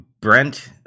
Brent